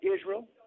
Israel